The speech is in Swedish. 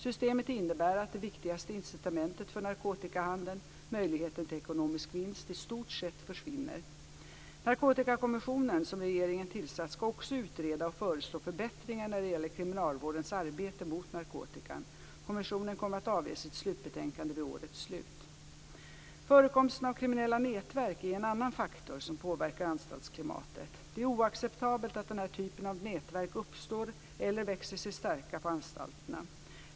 Systemet innebär att det viktigaste incitamentet för narkotikahandeln - möjligheten till ekonomisk vinst - i stort sett försvinner. Narkotikakommissionen, som regeringen tillsatt, ska också utreda och föreslå förbättringar när det gäller kriminalvårdens arbete mot narkotikan. Kommissionen kommer att avge sitt slutbetänkande vid årets slut. Förekomsten av kriminella nätverk är en annan faktor som påverkar anstaltsklimatet. Det är oacceptabelt att denna typ av nätverk uppstår eller växer sig starka på anstalterna.